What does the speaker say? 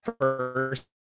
first